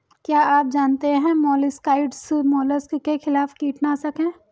क्या आप जानते है मोलस्किसाइड्स मोलस्क के खिलाफ कीटनाशक हैं?